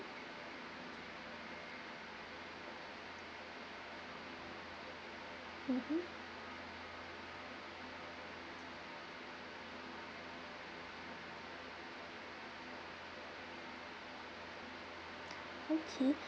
mmhmm okay